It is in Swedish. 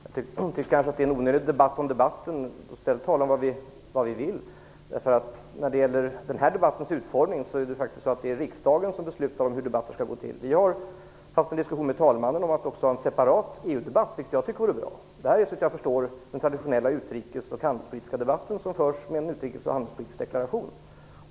Fru talman! Jag tycker att det här är en onödig debatt om debatten. Låt oss i stället tala om vad vill. Vad gäller debattens utformning är det faktiskt riksdagen som beslutar hur sådana här debatter skall föras. Vi har haft en diskussion med talmannen om att också ha en separat EU-debatt, vilket jag tycker vore bra. Den debatt som nu förs är såvitt jag förstår den traditionella utrikes och handelspolitiska debatt som hålls med utgångspunkt i en utrikes och handelspolitisk deklaration.